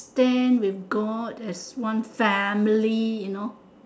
stand with god as one family you know